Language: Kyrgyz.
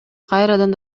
кайрадан